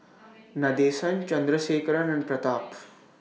Nadesan Chandrasekaran and Pratap